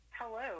Hello